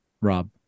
Rob